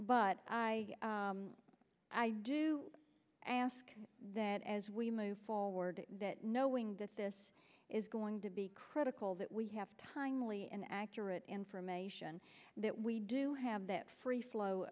but i do ask that as we move forward that knowing that this is going to be critical that we have timely and accurate information that we do have that free flow